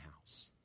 house